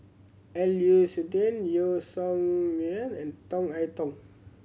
L U Suitin Yeo Song Nian and Tong I Tong